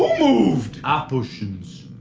whoo moooved? op-u-tions.